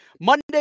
Monday